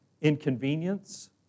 inconvenience